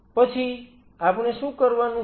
પછી આપણે શું કરવાનું છે